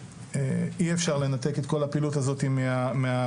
אי אפשר לנתק את כל הפעילות הזאת מהעובדה